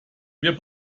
wir